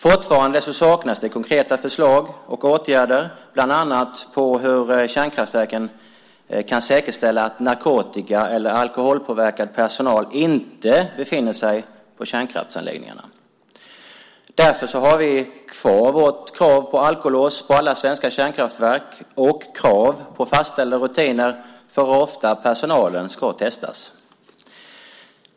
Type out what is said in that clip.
Fortfarande saknas det konkreta förslag och åtgärder bland annat för hur kärnkraftverken kan säkerställa att narkotika eller alkoholpåverkad personal inte befinner sig på kärnkraftsanläggningarna. Därför har vi kvar vårt krav på alkolås på alla svenska kärnkraftverk och krav på fastställda rutiner för hur ofta personalen ska testas.